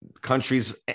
countries